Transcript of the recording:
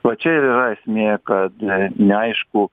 va čia ir yra esmė kad neaišku